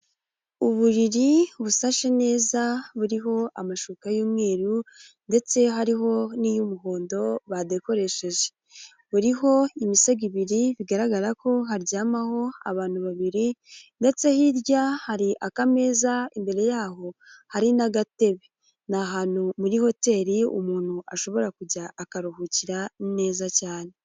Uburiri busashe neza buriho amashuka y'umweruru ndetse hariho n'iy'umuhondo badekoresheje. Buriho imisego ibiri bigaragara ko haryamaho abantu babiri, ndetse hirya hari akameza imbere yaho hari n'agatebe. Ni ahantu muri hoteli umuntu ashobora kujya akaruhukira neza cyane.